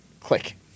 Click